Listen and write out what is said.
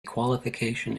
qualification